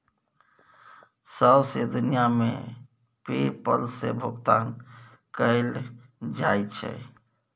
सौंसे दुनियाँ मे पे पल सँ भोगतान कएल जाइ छै